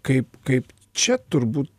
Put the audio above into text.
kaip kaip čia turbūt